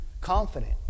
confident